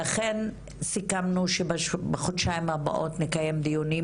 לכן סיכמנו שבחודשיים הבאים נקיים דיונים